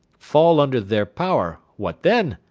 fall under their power, what then?